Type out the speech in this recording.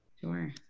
Sure